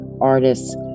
artists